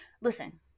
Listen